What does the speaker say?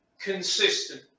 consistent